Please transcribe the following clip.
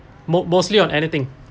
most mostly on anything